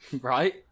Right